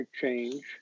change